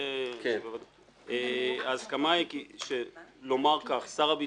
לומר כך: "שר הביטחון יבחן את הודעתו שניתנה מכוח סעיף 3(ב) לחוק.